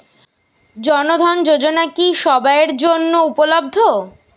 জন ধন যোজনা কি সবায়ের জন্য উপলব্ধ?